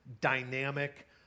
dynamic